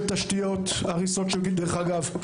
דרך אגב,